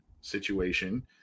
situation